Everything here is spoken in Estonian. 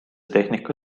tehnika